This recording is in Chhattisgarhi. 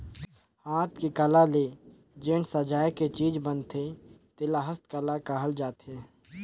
हाथ के कला ले जेन सजाए के चीज बनथे तेला हस्तकला कहल जाथे